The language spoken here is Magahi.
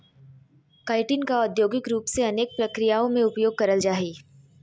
काइटिन का औद्योगिक रूप से अनेक प्रक्रियाओं में उपयोग करल जा हइ